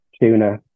tuna